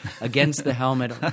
against-the-helmet